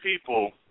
people